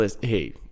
Hey